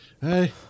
hey